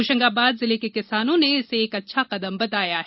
होशंगाबाद जिले के किसानों ने इसे एक अच्छा कदम बताया है